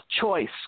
choice